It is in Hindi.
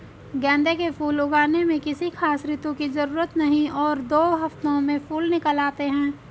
गेंदे के फूल उगाने में किसी खास ऋतू की जरूरत नहीं और दो हफ्तों में फूल निकल आते हैं